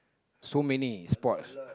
so many sports